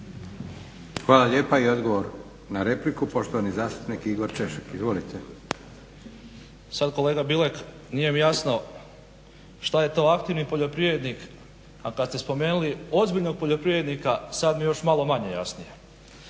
Hvala lijepa. I odgovor na repliku poštovani zastupnik Igor Češek. Izvolite. **Češek, Igor (HDSSB)** Sada kolega Bilek nije mi jasno šta je to aktivni poljoprivrednik, a kada ste spomenuli ozbiljnog poljoprivrednika sada mi je još malo manje jasnije.